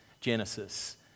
Genesis